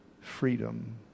freedom